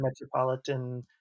metropolitan